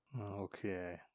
Okay